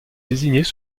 désignées